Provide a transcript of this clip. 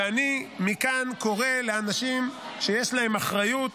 ואני מכאן קורא לאנשים שיש להם אחריות